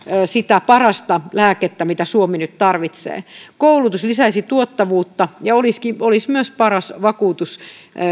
sitä parasta lääkettä mitä suomi nyt tarvitsee koulutus lisäisi tuottavuutta ja olisi myös paras vakuutus